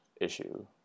issue